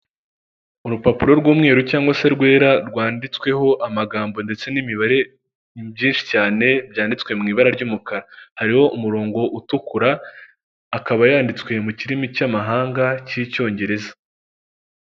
Urupapuro rw'umweru cyangwa se rwera rwanditsweho amagambo ndetse n'imibare byinshi cyane byanditswe mu ibara ry'umukara, hariho umurongo utukura, akaba yanditswe mu kirimi cy'amahanga cy'icyongereza.